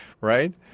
right